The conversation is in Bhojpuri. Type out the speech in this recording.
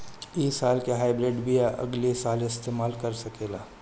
इ साल के हाइब्रिड बीया अगिला साल इस्तेमाल कर सकेला?